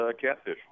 catfish